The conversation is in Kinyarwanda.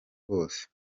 bose